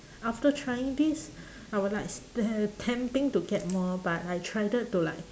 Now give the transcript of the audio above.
after trying this I will like s~ te~ tempting to get more but I tried to like